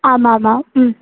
ஆமாம் ஆமாம் ம்